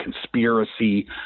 conspiracy